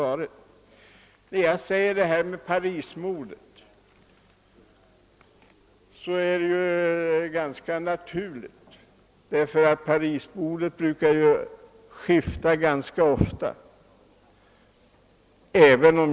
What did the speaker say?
Att jag talade om Parismodet beror på att det brukar skifta ganska ofta.